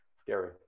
scary